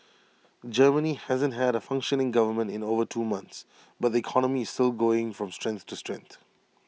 Germany hasn't had A functioning government in over two months but the economy is still going from strength to strength